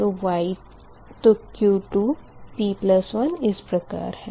तो Q2p1 इस प्रकार है